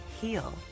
heal